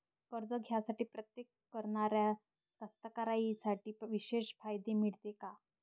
कर्ज घ्यासाठी प्रयत्न करणाऱ्या कास्तकाराइसाठी विशेष फायदे मिळते का?